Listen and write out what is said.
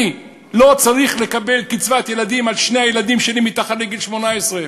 אני לא צריך לקבל קצבת ילדים על שני הילדים שלי שמתחת לגיל 18,